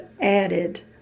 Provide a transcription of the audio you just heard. added